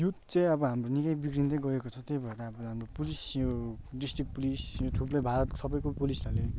youth चाहिँ अब हाम्रो निकै बिग्रिँदै गएको छ त्यही भएर अब हाम्रो पुलिस यो डिस्ट्रिक्ट पुलिस थुप्रै भारतको सबैको पुलिसहरूले